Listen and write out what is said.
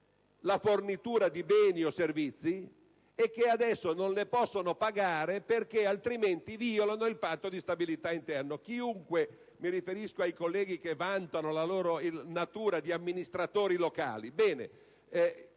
la fornitura di beni o servizi, adesso non le possono pagare perché, altrimenti, violano il Patto di stabilità interno. Mi rivolgo ora ai colleghi che vantano la loro esperienza di amministratori locali.